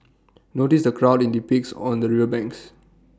notice the crowd IT depicts on the river banks